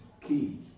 key